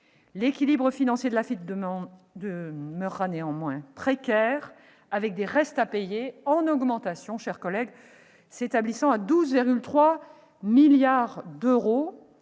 L'équilibre financier de l'AFITF demeurera néanmoins précaire avec des restes à payer en augmentation, s'établissant à 12,3 milliards d'euros,